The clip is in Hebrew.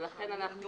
ולכן אנחנו